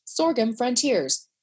sorghumfrontiers